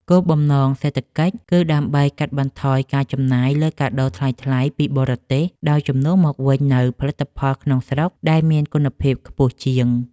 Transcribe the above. គោលបំណងសេដ្ឋកិច្ចគឺដើម្បីកាត់បន្ថយការចំណាយលើកាដូថ្លៃៗពីបរទេស ដោយជំនួសមកវិញនូវផលិតផលក្នុងស្រុកដែលមានគុណភាពខ្ពស់ជាង។